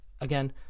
again